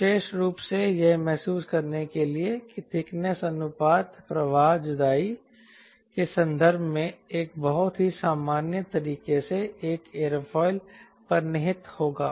विशेष रूप से यह महसूस करने के लिए कि ठीकनेस अनुपात प्रवाह जुदाई के संदर्भ में एक बहुत ही सामान्य तरीके से एक एयरफॉइल पर निहित होगा